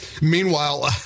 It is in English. Meanwhile